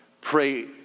Pray